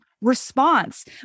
Response